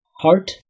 heart